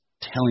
telling